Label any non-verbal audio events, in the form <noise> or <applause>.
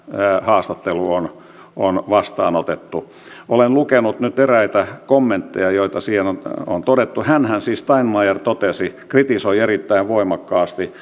haastattelu on on vastaanotettu olen lukenut nyt eräitä kommentteja joita siitä on todettu hänhän siis steinmeier kritisoi erittäin voimakkaasti <unintelligible>